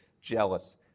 jealous